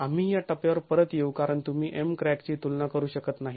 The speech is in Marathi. आम्ही या टप्प्यावर परत येऊ कारण तुम्ही Mcrack ची तुलना करू शकत नाही